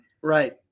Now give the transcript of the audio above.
Right